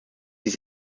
dies